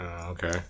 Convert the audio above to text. Okay